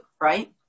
Right